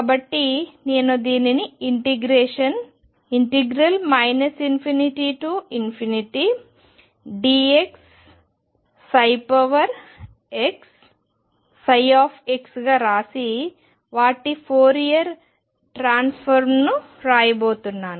కాబట్టి నేను దీనిని ఇంటిగ్రేషన్ ∞ dx xψ గా వ్రాసి వాటి ఫోరియర్ ట్రాన్స్ఫార్మ్ ను రాయబోతున్నాను